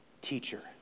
teacher